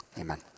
Amen